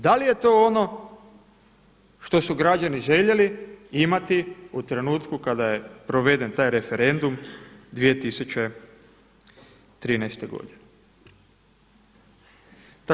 Da li je to ono što su građani željeli imati u trenutku kada je proveden taj referendum 2013. godine.